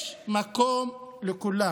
שידועים לכולם, יש מקום לכולם.